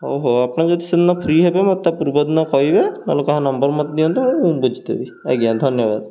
ହଉ ହଉ ଆପଣ ଯଦି ସେଦିନ ଫ୍ରି ହେବେ ମୋତେ ପୂର୍ବଦିନ କହିବେ ନହେଲେ କାହା ନମ୍ବର ମୋତେ ଦିଅନ୍ତୁ ଆଉ ମୁଁ ବୁଝିଦେବି ଆଜ୍ଞା ଧନ୍ୟବାଦ